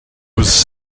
was